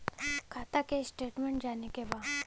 खाता के स्टेटमेंट जाने के बा?